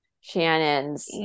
Shannon's